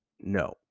No